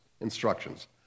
instructions